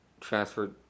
transferred